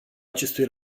acestui